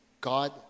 God